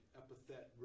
epithet